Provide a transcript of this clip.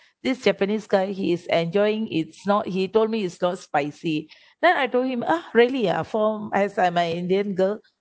this japanese guy he is enjoying it's not he told me it's not spicy then I told him ah really ah from as I'm a indian girl